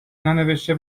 ننوشته